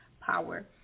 power